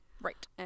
Right